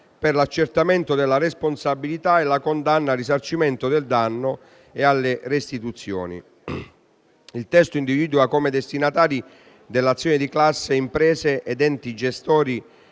per l'accertamento della responsabilità e la condanna al risarcimento del danno e alle restituzioni. Il testo individua come destinatari dell'azione di classe imprese ed enti gestori